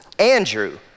Andrew